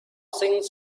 things